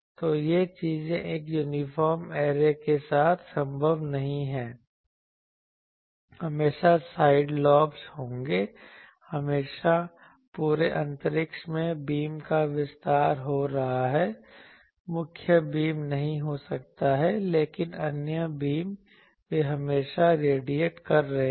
तो ये चीजें एक यूनिफॉर्म ऐरे के साथ संभव नहीं हैं हमेशा साइड लॉब्स होंगे हमेशा पूरे अंतरिक्ष में बीम का विस्तार हो रहा है मुख्य बीम नहीं हो सकता है लेकिन अन्य बीम वे हमेशा रेडिएट कर रहे हैं